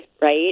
right